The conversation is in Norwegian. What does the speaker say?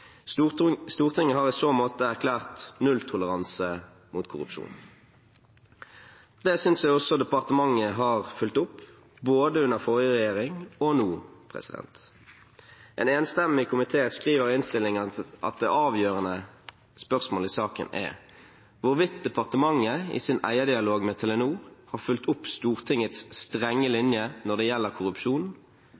Stortinget har i så måte erklært nulltoleranse mot korrupsjon. Det synes jeg også departementet har fulgt opp, både under forrige regjering og nå. En enstemmig komité skriver i innstillingen at det avgjørende spørsmålet i saken er «hvorvidt departementet i sin eierdialog med Telenor har fulgt opp Stortingets strenge linje når det gjelder korrupsjon